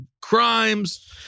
crimes